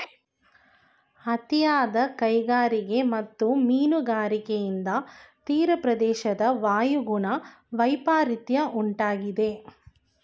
ಅತಿಯಾದ ಕೈಗಾರಿಕೆ ಮತ್ತು ಮೀನುಗಾರಿಕೆಯಿಂದ ತೀರಪ್ರದೇಶದ ವಾಯುಗುಣ ವೈಪರಿತ್ಯ ಉಂಟಾಗಿದೆ